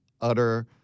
utter